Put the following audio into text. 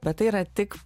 bet tai yra tik